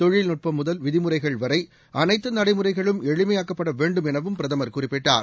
தொழில்நுட்பம் முதல் விதிமுறைகள் வரை அனைத்து நடைமுறைகளும் எளிமையாக்கப்பட வேண்டும் எனவும் பிரதமர் குறிப்பிட்டார்